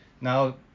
now